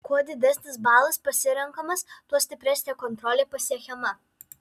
kuo didesnis balas pasirenkamas tuo stipresnė kontrolė pasiekiama